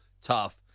tough